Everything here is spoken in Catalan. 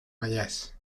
vallès